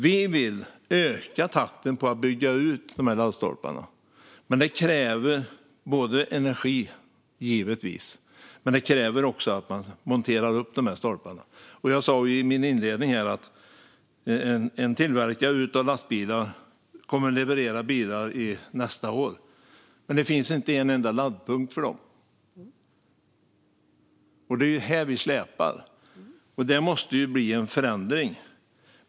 Vi vill öka utbyggnadstakten för laddstolparna. Men det kräver både energi, givetvis, och att man monterar upp de här stolparna. Jag sa i min inledning att en tillverkare av lastbilar kommer att leverera bilar nästa år, men det finns inte en enda laddpunkt för dem. Det är här det släpar efter och måste ske en förändring.